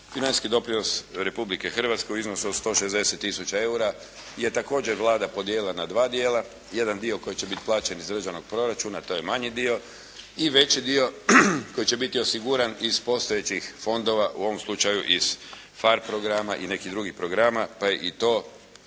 Financijski doprinos Republike Hrvatske u iznosu od 160 tisuća eura je također Vlada podijelila na dva dijela, jedan dio koji će biti plaćen iz državnog proračuna to je manji dio, i veći dio koji će biti osiguran iz postojećih fondova, u ovom slučaju iz PHARE programa i nekih drugih programa pa je i to dokaz